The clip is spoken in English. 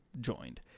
joined